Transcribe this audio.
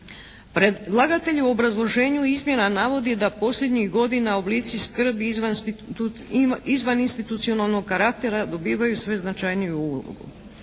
predlagatelj u obrazloženju izmjena navodi da posljednjih godina oblici skrbi izvaninstitucionalnog karaktera dobivaju sve značajniju ulogu.